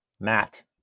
Matt